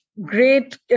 great